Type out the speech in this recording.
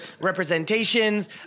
representations